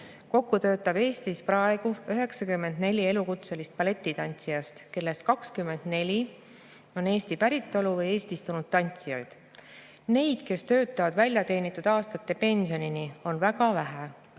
Kokku töötab Eestis praegu 94 elukutselist balletitantsijat, kellest 24 on Eesti päritolu või eestistunud tantsijad. Neid, kes töötavad väljateenitud aastate pensionini, on väga vähe.